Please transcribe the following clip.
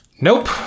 Nope